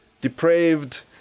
depraved